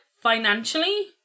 Financially